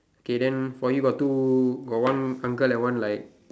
okay then for you got two got one uncle like one like